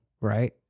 right